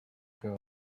girl